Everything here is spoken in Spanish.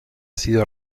sido